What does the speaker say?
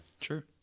Sure